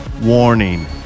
warning